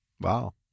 wow